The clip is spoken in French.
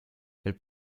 elle